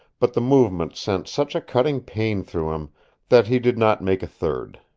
but the movement sent such a cutting pain through him that he did not make a third.